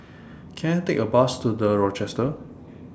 Can I Take A Bus to The Rochester